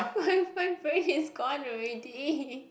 is gone already